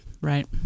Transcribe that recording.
Right